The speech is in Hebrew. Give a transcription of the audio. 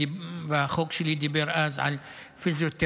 והחוק שלי דיבר אז על פיזיותרפיה,